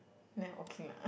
then okay lah